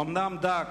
אומנם דק,